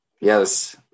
yes